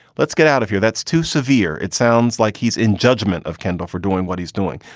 let's get out of here. that's too severe. it sounds like he's in judgment of kendall for doing what he's doing.